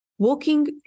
Walking